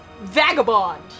vagabond